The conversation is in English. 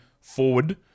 forward